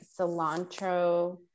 cilantro